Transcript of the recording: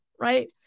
Right